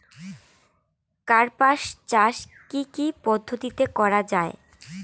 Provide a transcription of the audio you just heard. কার্পাস চাষ কী কী পদ্ধতিতে করা য়ায়?